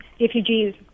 refugees